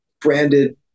branded